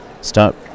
start